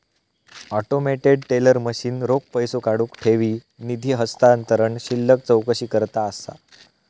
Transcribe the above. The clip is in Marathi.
ऑटोमेटेड टेलर मशीन रोख पैसो काढुक, ठेवी, निधी हस्तांतरण, शिल्लक चौकशीकरता असा